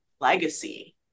legacy